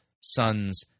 sons